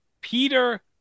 Peter